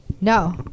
No